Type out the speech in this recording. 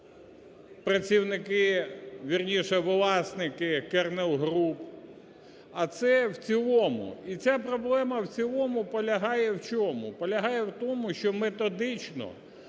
вірніше, власники "Кернел Груп", – а це в цілому. І ця проблема в цілому полягає в чому? Полягає в тому, що методично